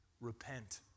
repent